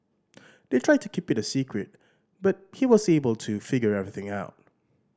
they tried to keep it a secret but he was able to figure everything out